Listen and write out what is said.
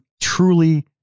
truly